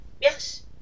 yes